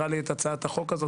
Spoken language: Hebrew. הראה לי את הצעת החוק הזאת,